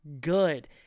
good